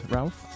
Ralph